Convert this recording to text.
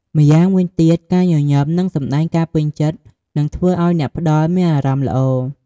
ម្យ៉ាងវិញទៀត ការញញឹម និងសម្ដែងការពេញចិត្ត នឹងធ្វើឲ្យអ្នកផ្ដល់មានអារម្មណ៍ល្អ។